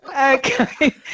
Okay